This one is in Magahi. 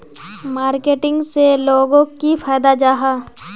मार्केटिंग से लोगोक की फायदा जाहा?